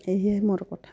সেহেয়ে মোৰ কথা